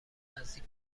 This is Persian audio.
نزدیک